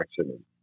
accident